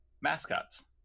mascots